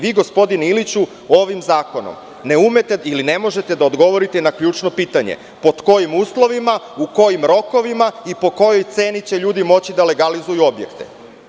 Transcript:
Vi gospodine Iliću, ovim zakonom ne umete ili ne možete da odgovorite na ključno pitanje pod kojim uslovima, kojim rokovima i po kojoj ceni će ljudi moći da legalizuju objekte.